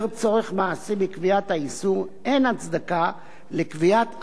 אין הצדקה לקביעת עבירה פלילית חדשה ונוספת.